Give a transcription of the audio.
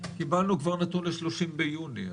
קיבלנו כבר נתון ל-30 ביוני,